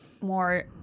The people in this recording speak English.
more